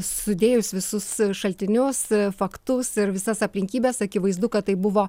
sudėjus visus šaltinius faktus ir visas aplinkybes akivaizdu kad tai buvo